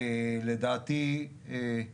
ולדעתי זה